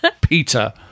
Peter